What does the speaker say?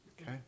Okay